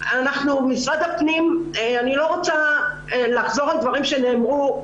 משרד הפנים אני לא רוצה לחזור על דברים שנאמרו,